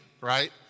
right